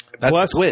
Plus